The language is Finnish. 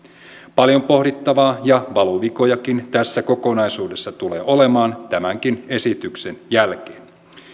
paljon pohdittavaa ja valuvikojakin tässä kokonaisuudessa tulee olemaan tämänkin esityksen jälkeen